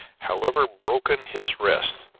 however broken his rest,